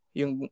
yung